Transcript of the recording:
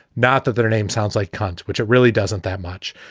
not that their name sounds like kont, which it really doesn't that much.